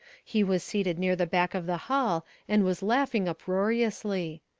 he was seated near the back of the hall and was laughing uproariously.